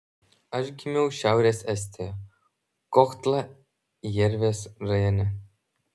aš gimiau šiaurės estijoje kohtla jervės rajone